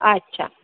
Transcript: अच्छा